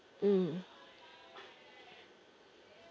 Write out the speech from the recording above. mm